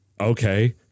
okay